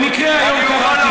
במקרה היום קראתי,